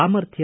ಸಾಮರ್ಥ್ಯ